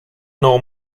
know